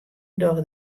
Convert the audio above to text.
doch